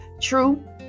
true